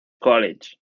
college